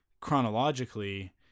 chronologically